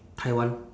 taiwan